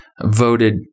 voted